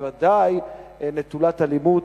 בוודאי נטולת אלימות,